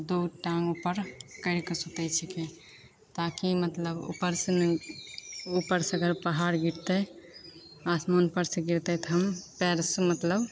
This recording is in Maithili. दुइ टाँग उपर करिके सुतै छिकै ताकि मतलब उपरसे ने उपरसे अगर पहाड़ गिरतै आसमानपरसे गिरतै तऽ हम पाएरसे मतलब